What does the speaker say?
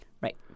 Right